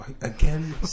again